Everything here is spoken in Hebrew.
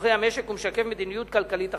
לצורכי המשק ומשקף מדיניות כלכלית אחראית.